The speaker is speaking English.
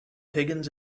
higgins